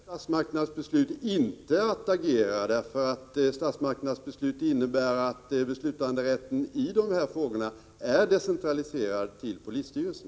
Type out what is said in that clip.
Herr talman! Jag kommer i överensstämmelse med statsmakternas beslut inte att agera. Statsmakternas beslut innebär ju att beslutanderätten i dessa frågor är decentraliserad till polisstyrelsen.